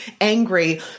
angry